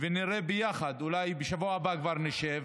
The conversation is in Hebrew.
ונראה ביחד, אולי, בשבוע הבא כבר נשב.